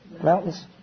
Mountains